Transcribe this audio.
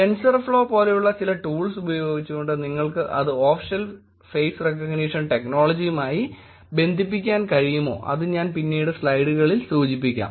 TensorFlow പോലുള്ള ചില tools ഉപയോഗിച്ചുകൊണ്ട് നിങ്ങൾക്ക് അത് ഓഫ് ഷെൽഫ് ഫെയ്സ് റെക്കഗ്നിഷൻ ടെക്നോളജിയുമായി ബന്ധിപ്പിക്കാൻ കഴിയുമോ അത് ഞാൻ പിന്നീട് സ്ലൈഡുകളിൽ സൂചിപ്പിക്കാം